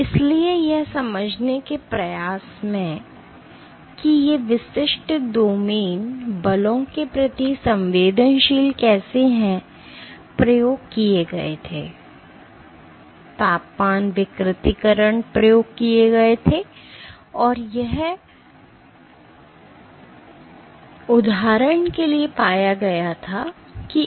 इसलिए यह समझने के प्रयास में कि ये विशिष्ट डोमेन बलों के प्रति संवेदनशील कैसे हैं प्रयोग किए गए थे तापमान विकृतीकरण प्रयोग किए गए थे और यह उदाहरण के लिए पाया गया था कि FN 3